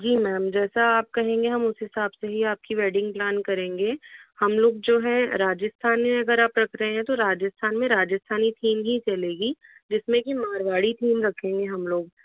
जी ma'am जैसा आप कहेंगे हम उस हिसाब से ही आपकी वेडिंग प्लान करेंगे हम लोग जो है राजस्थान में अगर आप रख रहे हैं तो राजस्थान में राजस्थानी थीम ही चलेगी जिसमें की मारवाड़ी थीम रखेंगे हम लोग